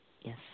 Yes